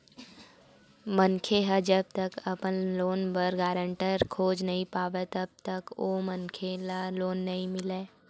मनखे ह जब तक अपन लोन बर गारेंटर खोज नइ पावय तब तक ओ मनखे ल लोन नइ मिलय